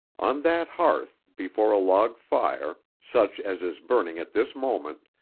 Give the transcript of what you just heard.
on that hearth, before a log fire, such as is burning at this moment,